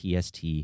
TST